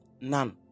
None